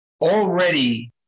already